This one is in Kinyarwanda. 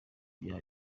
bya